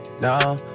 No